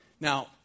Now